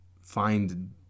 find